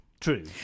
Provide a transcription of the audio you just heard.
true